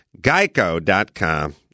Geico.com